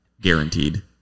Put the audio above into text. guaranteed